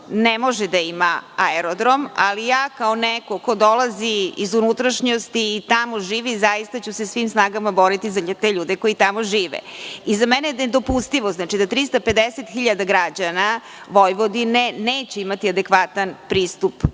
ne može da ima aerodrom, ali ja kao neko ko dolazi iz unutrašnjosti i tamo živi, zaista ću se svim snagama boriti za te ljude koji tamo žive.Za mene je nedopustivo da 350.000 građana Vojvodine neće imati adekvatan pristup